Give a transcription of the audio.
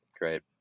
Great